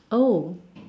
oh